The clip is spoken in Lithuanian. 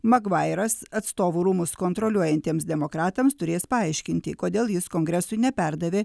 magvairas atstovų rūmus kontroliuojantiems demokratams turės paaiškinti kodėl jis kongresui neperdavė